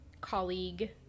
colleague